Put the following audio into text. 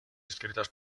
escritas